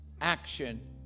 action